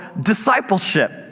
discipleship